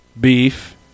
beef